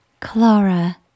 Clara